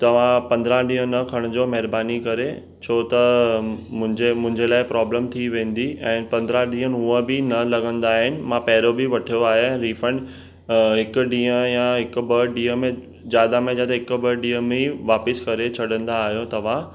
तव्हां पंद्राहं ॾींहं न खणिजो महिरबानी करे छो त मुंहिंजे मुंहिंजे लाइ प्रॉब्लम थी वेंदी ऐं पंद्राहं ॾींहं उहा बि न लॻंदा इन मां पहिरियों बि वरितो आहे रिफंड हिकु ॾींहुं या हिकु ॿ ॾींहं में ज्यादा में ज्यादा हिकु ॿ ॾींहं में वापसि करे छॾंदा आहियो तव्हां